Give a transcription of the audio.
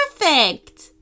perfect